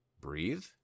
breathe